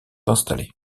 installées